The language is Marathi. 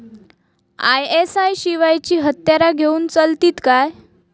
आय.एस.आय शिवायची हत्यारा घेऊन चलतीत काय?